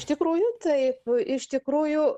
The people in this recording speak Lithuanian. iš tikrųjų taip iš tikrųjų